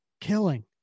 killing